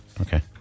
Okay